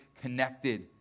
connected